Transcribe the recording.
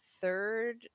third